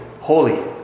holy